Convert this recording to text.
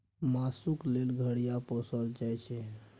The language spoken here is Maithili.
मासुक लेल घड़ियाल पोसल जाइ छै